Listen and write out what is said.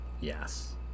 Yes